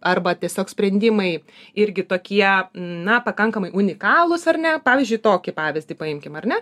arba tiesiog sprendimai irgi tokie na pakankamai unikalūs ar ne pavyzdžiui tokį pavyzdį paimkim ar ne